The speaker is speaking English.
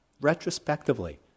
retrospectively